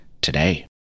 today